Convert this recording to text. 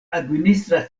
administra